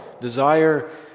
desire